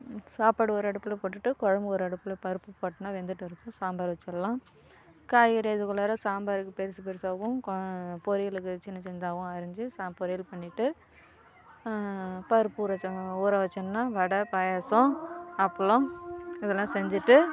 சாப்பாடு ஒரு அடுப்பில் போட்டுட்டு குழம்பு ஒரு அடுப்பில் பருப்பு போட்டேனா வெந்துகிட்டு இருக்கும் சாம்பார் வெச்சிடலாம் காய்கறி அதுக்குள்ளார சாம்பாருக்கு பெருசு பெருசாகவும் கோ பொரியலுக்கு சின்ன சின்னதாகவும் அரிஞ்சு சா பொரியல் பண்ணிட்டு பருப்பு ஊற வெச்சம் ஊற வச்சோன்னா வடை பாயாசம் அப்பளம் இதெல்லாம் செஞ்சுட்டு